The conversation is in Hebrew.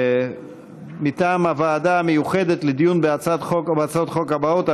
מטעם הוועדה המיוחדת לדיון בהצעות חוק הבאות: